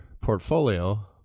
portfolio